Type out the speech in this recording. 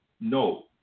No